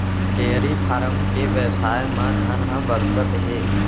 dairy farm के बेवसाय म धन ह बरसत हे